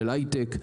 של הייטק,